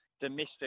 domestic